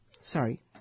Sorry